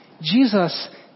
Jesus